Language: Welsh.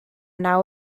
naw